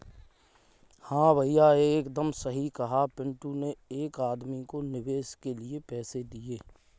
हां भैया एकदम सही कहा पिंटू ने एक आदमी को निवेश के लिए पैसे दिए